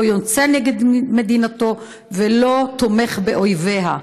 לא יוצא נגד מדינתו ולא תומך באויביה.